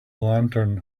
lantern